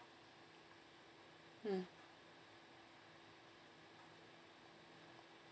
mm